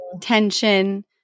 tension